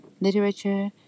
literature